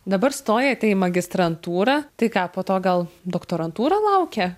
dabar stojate į magistrantūrą tai ką po to gal doktorantūra laukia